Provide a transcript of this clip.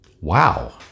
Wow